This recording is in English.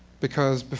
because but